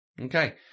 Okay